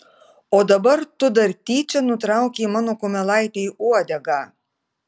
o dabar tu dar tyčia nutraukei mano kumelaitei uodegą